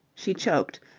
she choked,